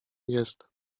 jestem